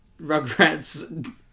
Rugrats